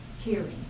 hearing